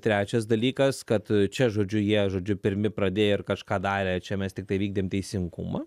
trečias dalykas kad čia žodžiu jie žodžiu pirmi pradėjo ir kažką darė čia mes tiktai vykdėm teisingumą